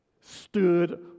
stood